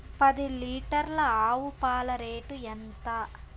పది లీటర్ల ఆవు పాల రేటు ఎంత?